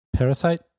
parasite